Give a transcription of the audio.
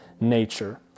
nature